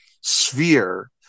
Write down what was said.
sphere